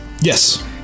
Yes